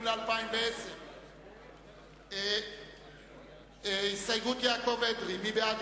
אנחנו עוברים לתקציב המדינה לשנת 2010. הסתייגות חבר הכנסת יעקב אדרי: מי בעד,